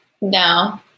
No